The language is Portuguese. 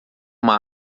uma